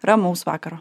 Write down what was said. ramaus vakaro